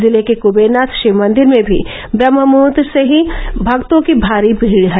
जिले के क्बेरनाथ शिव मंदिर में भी ब्रम्हमुहूर्त से ही भक्तों की भारी भीड़ है